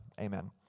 Amen